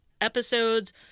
episodes